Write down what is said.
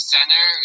Center